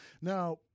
Now